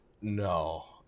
no